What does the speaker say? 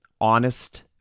honest